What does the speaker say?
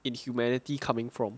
in humanity coming from